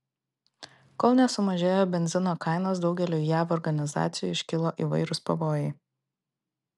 kol nesumažėjo benzino kainos daugeliui jav organizacijų iškilo įvairūs pavojai